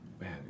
man